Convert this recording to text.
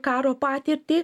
karo patirtį